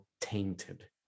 tainted